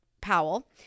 Powell